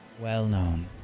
well-known